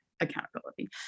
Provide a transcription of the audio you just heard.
accountability